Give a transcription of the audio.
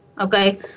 Okay